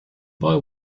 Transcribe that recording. boy